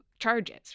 charges